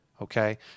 Okay